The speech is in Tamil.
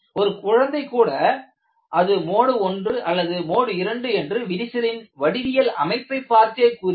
ஒரு குழந்தை கூட அது மோடு 1 அல்லது மோடு 2 என்று விரிசலின் வடிவியல் அமைப்பை பார்த்தே கூறிவிடும்